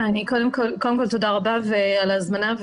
קודם כל תודה רבה על ההזמנה.